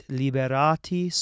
liberati